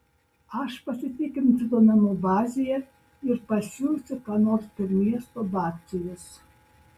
aš pasitikrinsiu duomenų bazėje ir pasiųsiu ką nors per miesto batsiuvius